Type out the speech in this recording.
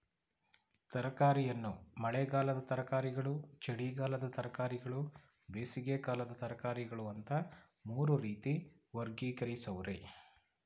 ತರಕಾರಿಯನ್ನು ಮಳೆಗಾಲದ ತರಕಾರಿಗಳು ಚಳಿಗಾಲದ ತರಕಾರಿಗಳು ಬೇಸಿಗೆಕಾಲದ ತರಕಾರಿಗಳು ಅಂತ ಮೂರು ರೀತಿ ವರ್ಗೀಕರಿಸವ್ರೆ